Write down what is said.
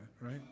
right